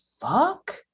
fuck